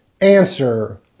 Answer